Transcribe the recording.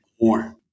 more